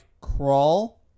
Crawl